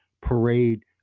parade